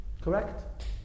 correct